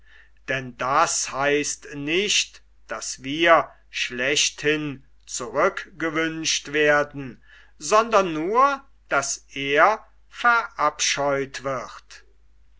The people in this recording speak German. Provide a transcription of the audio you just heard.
denn das heißt nicht daß wir schlechthin zurückgewünscht werden sondern nur daß er verabscheut wird